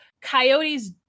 coyotes